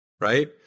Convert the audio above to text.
right